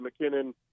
McKinnon